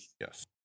Yes